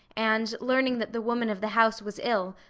and learning that the woman of the house was ill,